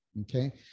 Okay